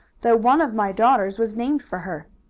though one of my daughters was named for her.